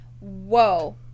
Whoa